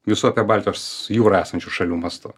visų apie baltijos jūrą esančių šalių mastu